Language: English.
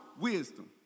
wisdom